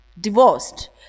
divorced